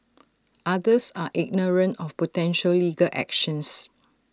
others are ignorant of potential legal actions